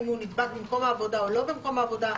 הוא נדבק במקום עבודה או לא במקום עבודה.